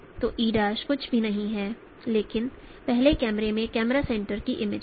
तो e' कुछ भी नहीं है लेकिन पहले कैमरे के कैमरा सेंटर की इमेज है